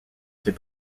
ses